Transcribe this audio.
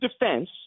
defense